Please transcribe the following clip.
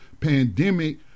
pandemic